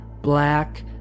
black